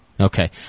Okay